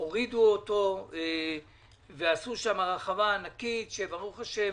הורידו אותה ועשו רחבה ענקית ברוך השם